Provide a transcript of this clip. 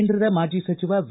ಕೇಂದ್ರದ ಮಾಜಿ ಸಚಿವ ವಿ